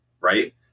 right